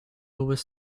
always